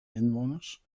inwoners